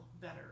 better